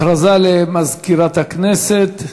הכרזה למזכירת הכנסת,